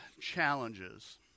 challenges